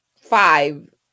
five